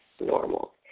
normal